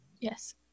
Yes